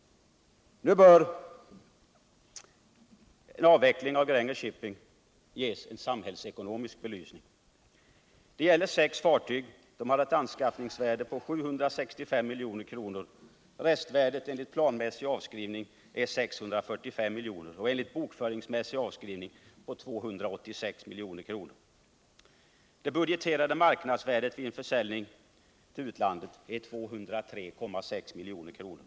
En försäljning av dessa fartyg till marknadsvärdet innebär att det köpande rederiet får avsevärt sänkta kapitalkostnader jämfört med Gränges Shipping vid drift av fartygen. Det är kapitalkostnaderna som är den tunga biten för rederierna. En samhällsbedömning av en försäljning till utländska redare ger vid handen att man exporterar anläggningstillgångar med ett värde av 645 milj.kr. mot en ersättning på 203 milj.kr. Det är en kapitaltörstöring i storleksordningen 450 milj.kr.